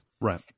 Right